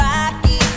Rocky